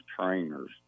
trainers